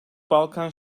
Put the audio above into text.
balkan